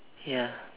ya